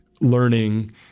learning